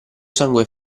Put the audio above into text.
sangue